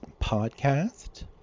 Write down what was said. podcast